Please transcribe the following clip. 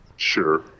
Sure